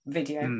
video